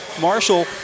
Marshall